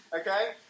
Okay